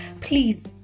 please